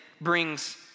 brings